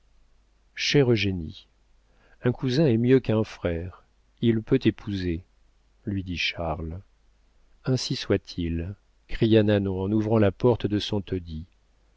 eugénie un cousin est mieux qu'un frère il peut t'épouser lui dit charles ainsi soit-il cria nanon en ouvrant la porte de son taudis